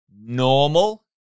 normal